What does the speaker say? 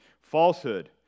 Falsehood